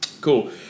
cool